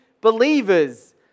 believers